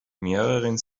mehreren